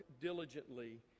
diligently